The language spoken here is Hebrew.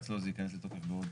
אצלו זה ייכנס לתוקף בעוד